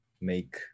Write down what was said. make